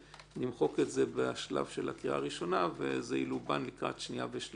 נמחוק את זה בשלב הקריאה הראשונה וזה ילובן לקראת שנייה ושלישית.